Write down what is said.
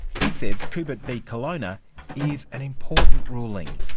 he says kubert v colonna is an important ruling,